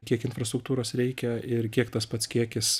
kiek infrastruktūros reikia ir kiek tas pats kiekis